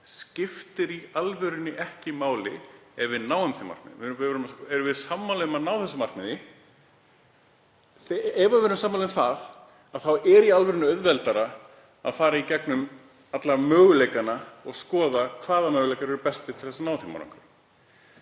skiptir í alvörunni ekki máli ef við náum þeim. Erum við sammála um að ná þessu markmiði? Ef við erum sammála um það er auðveldara að fara í gegnum alla möguleikana og skoða hvaða möguleikar eru bestir til að ná þeim árangri.